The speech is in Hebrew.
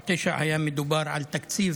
549 היה מדובר על תקציב